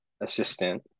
assistant